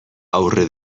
aurre